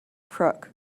crook